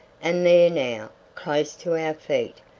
and there now, close to our feet,